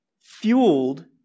fueled